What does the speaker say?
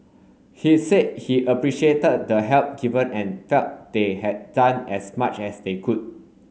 he said he appreciated the help given and felt they had done as much as they could